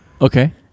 Okay